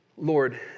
Lord